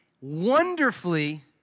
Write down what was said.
wonderfully